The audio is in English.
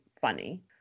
funny